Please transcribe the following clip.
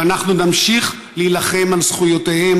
ואנחנו נמשיך להילחם על זכויותיהם,